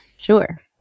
Sure